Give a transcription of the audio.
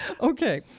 Okay